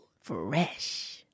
Fresh